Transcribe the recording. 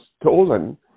stolen